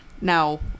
Now